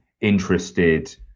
interested